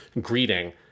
greeting